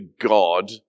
God